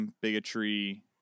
bigotry